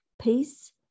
peace